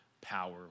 power